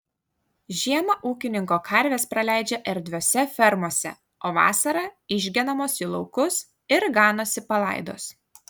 žiemą ūkininko karvės praleidžia erdviose fermose o vasarą išgenamos į laukus ir ganosi palaidos